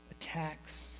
attacks